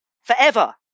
forever